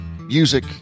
music